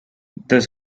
this